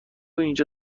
اینجا